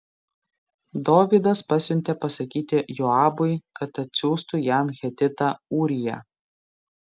dovydas pasiuntė pasakyti joabui kad atsiųstų jam hetitą ūriją